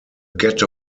ghetto